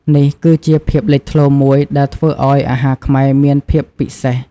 នេះគឺជាភាពលេចធ្លោមួយដែលធ្វើឲ្យអាហារខ្មែរមានភាពពិសេស។